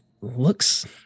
Looks